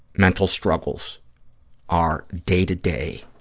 mental struggles are day to day.